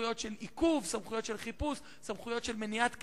סמכויות עיכוב, חיפוש ומניעת כניסה.